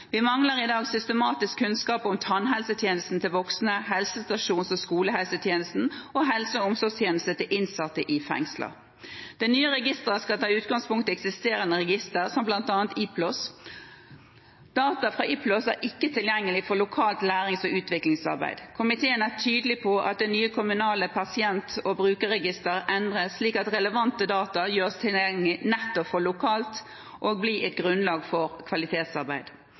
Vi mangler i dag systematisk kunnskap om tannhelsetjenesten til voksne, helsestasjons- og skolehelsetjenesten og helse- og omsorgstjenester til innsatte i fengsel. Det nye registeret skal ta utgangspunkt i eksisterende register, som bl.a. IPLOS. Data fra IPLOS er ikke tilgjengelig for lokalt lærings- og utviklingsarbeid. Komiteen er tydelig på at det nye kommunale pasient- og brukerregister endres, slik at relevante data gjøres tilgjengelig lokalt og blir et grunnlag for kvalitetsarbeid.